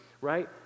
right